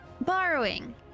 Borrowing